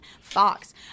Fox